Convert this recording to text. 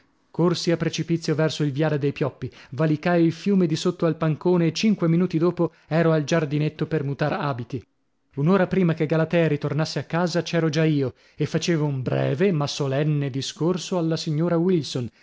corsi a precipizio verso il viale dei pioppi valicai il fiume di sotto al pancone e cinque minuti dopo ero al giardinetto per mutar abiti un'ora prima che galatea ritornasse a casa sua c'ero già io e facevo un breve ma solenne discorso alla signora wilson